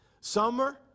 Summer